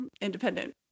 independent